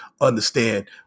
understand